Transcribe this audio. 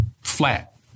Flat